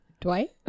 Dwight